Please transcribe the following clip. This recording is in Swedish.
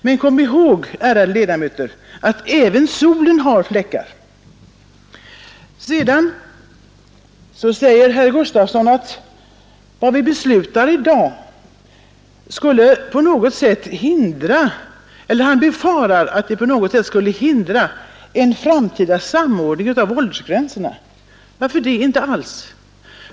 Men kom ihåg, ärade ledamöter, att ”även solen har fläckar.” Sedan befarade herr Gustavsson att vad vi beslutar i dag på något sätt skulle hindra en framtida samordning av åldersgränserna. Varför det?